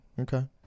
Okay